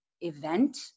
event